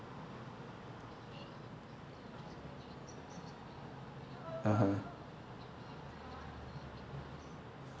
(uh huh)